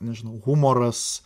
nežinau humoras